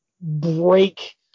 break